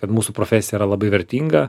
kad mūsų profesija yra labai vertinga